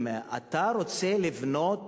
אם אתה רוצה לבנות